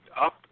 up